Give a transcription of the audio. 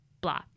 Blah